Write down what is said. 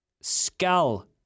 Skull